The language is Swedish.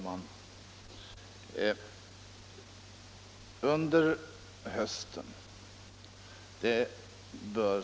Herr talman!